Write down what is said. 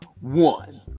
one